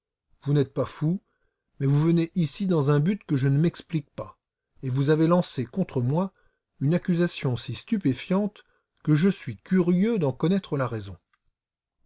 vous n'êtes pas fou mais vous venez ici dans un but que je ne m'explique pas et vous avez lancé contre moi une accusation si stupéfiante que je suis curieux d'en connaître la raison